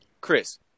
Chris